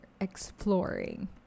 exploring